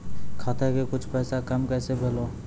खाता के कुछ पैसा काम कैसा भेलौ?